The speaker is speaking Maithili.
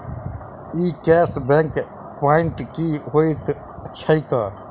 ई कैश बैक प्वांइट की होइत छैक?